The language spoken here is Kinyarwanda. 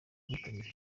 kwitabira